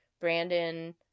Brandon